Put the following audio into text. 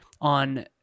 on